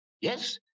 yes